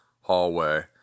hallway